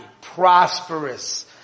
prosperous